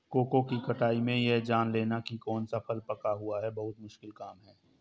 cocoa की कटाई में यह जान लेना की कौन सा फल पका हुआ है बहुत मुश्किल काम है